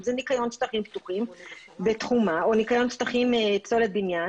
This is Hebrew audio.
אם ניקיון שטחים פתוחים בתחומה או ניקיון פסולת בניין